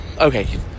Okay